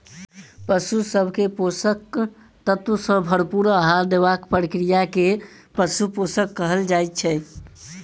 पशु सभ के पोषक तत्व सॅ भरपूर आहार देबाक प्रक्रिया के पशु पोषण कहल जाइत छै